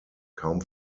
kaum